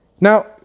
Now